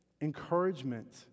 encouragement